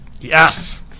Yes